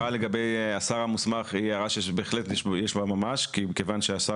לגבי השר המוסמך היא הערה שיש בה ממש כיוון ששר